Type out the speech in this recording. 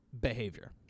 behavior